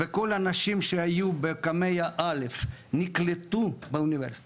וכל האנשים שהיו בקמ"ע א' נקלטו באוניברסיטה